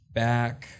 back